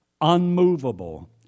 unmovable